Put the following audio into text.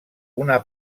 una